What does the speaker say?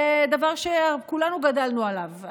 זה דבר שכולנו גדלנו עליו,